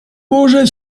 może